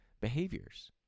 behaviors